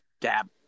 dab